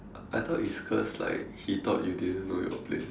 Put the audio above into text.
I thought it's cause like he thought you didn't know your place